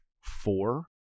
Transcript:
four